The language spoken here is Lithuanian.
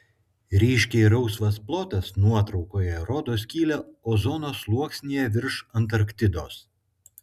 ryškiai rausvas plotas nuotraukoje rodo skylę ozono sluoksnyje virš antarktidos